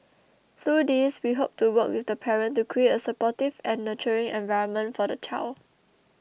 through these we hope to work with the parent to create a supportive and nurturing environment for the child